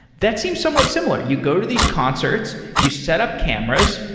that seems somewhat similar. you go to these concerts. you set up cameras.